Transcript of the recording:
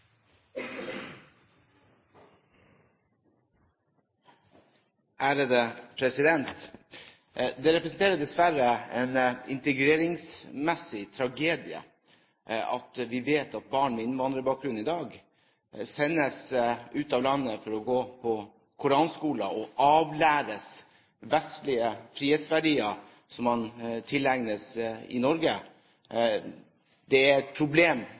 Det representerer dessverre en integreringsmessig tragedie at vi vet at barn med innvandrerbakgrunn i dag sendes ut av landet for å gå på koranskoler og «avlæres» vestlige frihetsverdier som man tilegner seg i Norge. Det er et problem